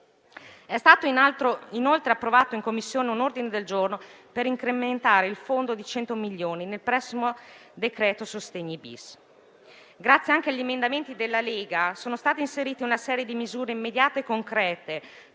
È stato inoltre approvato in Commissione un ordine del giorno per incrementare il fondo di 100 milioni nel prossimo decreto sostegni *bis.* Grazie anche agli emendamenti della Lega, sono state inserite una serie di misure immediate e concrete